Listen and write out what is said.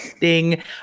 Ding